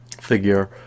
figure